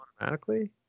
automatically